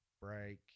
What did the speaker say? break